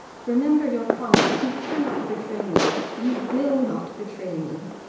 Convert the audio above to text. remember your promise you cannot betray me you will not betray me.